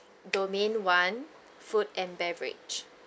domain one food and beverage